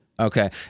Okay